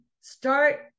start